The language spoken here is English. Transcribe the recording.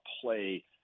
play